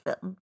film